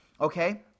Okay